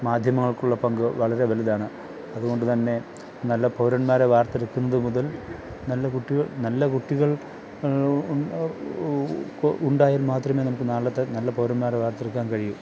മാധ്യമങ്ങള്ക്കുള്ള പങ്കു വളരെ വലുതാണ് അതുകൊണ്ടു തന്നെ നല്ല പൗരന്മാരെ വാര്ത്തെടുക്കുന്നതു മുതല് നല്ല കുട്ടിക നല്ല കുട്ടികള് ഉണ്ടായാല് മാത്രമേ നമുക്കു നാളത്തെ നല്ല പൗരന്മാരെ വാര്ത്തെടുക്കാന് കഴിയൂ